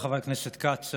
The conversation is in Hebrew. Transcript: תודה, חבר הכנסת כץ.